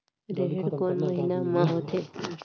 रेहेण कोन महीना म होथे?